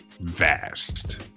vast